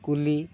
କୁଲି